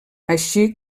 així